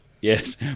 Yes